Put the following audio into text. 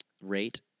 rate